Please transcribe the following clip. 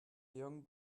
young